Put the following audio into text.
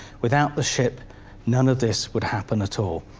without the ship none of this would happen at all.